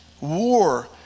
war